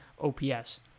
OPS